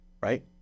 right